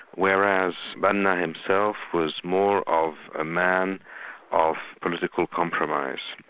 whereas banna himself was more of a man of political compromise,